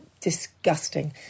disgusting